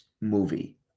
movie